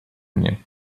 мне